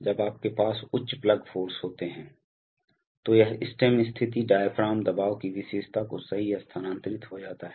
जब आपके पास उच्च प्लग फ़ोर्स होते हैं तो यह स्टेम स्थिति डायाफ्राम दबाव की विशेषता को सही स्थानांतरित हो जाता है